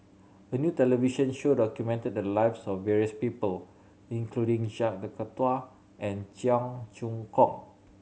a new television show documented the lives of various people including Jacques De Coutre and Cheong Choong Kong